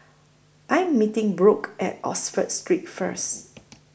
I Am meeting Brooke At Oxford Street First